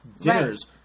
dinners